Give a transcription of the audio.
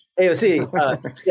AOC